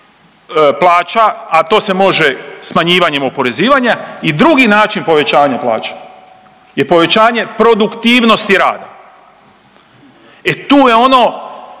a to se može smanjivanjem oporezivanja i drugi način povećavanja plaća je povećanje produktivnosti rada. E tu je ono